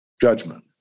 judgment